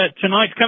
tonight